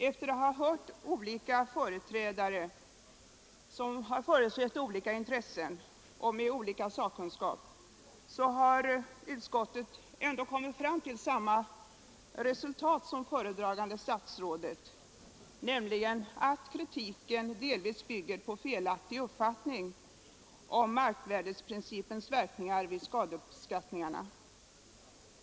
Efter att ha hört företrädare för olika intressen och olika sakkunskap har utskottet ändå kommit till samma resultat som föredragande statsrådet, nämligen att kritiken delvis bygger på felaktig uppfattning om marknadsvärdeprincipens verkningar vid skadeuppskattningarna.